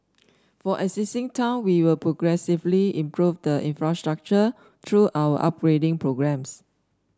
for existing town we will progressively improve the infrastructure through our upgrading programmes